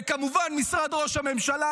וכמובן משרד ראש הממשלה,